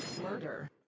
Murder